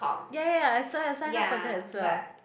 ya ya ya I sign I sign up for that as well